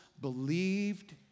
believed